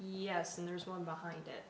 yes and there's one behind it